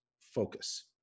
focus